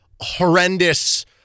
horrendous